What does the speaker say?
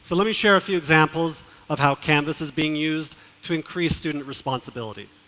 so let me share a few examples of how canvass is being used to increase student responsibility.